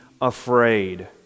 afraid